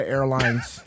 Airlines